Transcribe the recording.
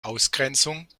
ausgrenzung